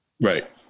Right